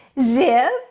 Zip